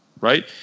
right